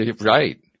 Right